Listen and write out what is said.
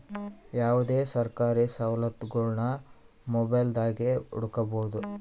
ಯಾವುದೇ ಸರ್ಕಾರಿ ಸವಲತ್ತುಗುಳ್ನ ಮೊಬೈಲ್ದಾಗೆ ಹುಡುಕಬೊದು